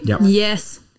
Yes